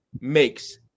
makes